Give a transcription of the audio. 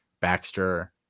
Baxter